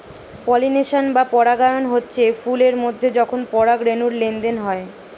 pollination বা পরাগায়ন হচ্ছে ফুল এর মধ্যে যখন পরাগ রেণুর লেনদেন হয়